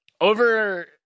over